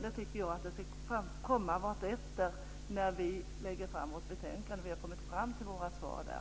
Det tycker jag ska komma vartefter, när vi lägger fram vårt betänkande efter det att vi har kommit fram till våra svar.